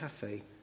cafe